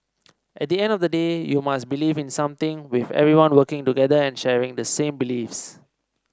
at the end of the day you must believe in something with everyone working together and sharing the same beliefs